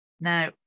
now